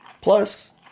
Plus